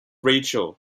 rachel